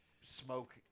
smoke